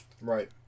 Right